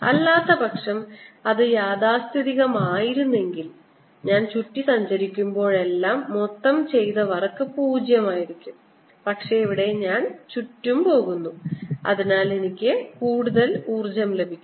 അല്ലാത്തപക്ഷം അത് യാഥാസ്ഥിതികമായിരുന്നെങ്കിൽ ഞാൻ ചുറ്റിസഞ്ചരിക്കുമ്പോഴെല്ലാം മൊത്തം ചെയ്ത വർക്ക് 0 ആയിരിക്കും പക്ഷേ ഇവിടെ ഞാൻ ചുറ്റും പോകുന്നു അതിനാൽ എനിക്ക് കൂടുതൽ ഊർജ്ജം ലഭിക്കുന്നു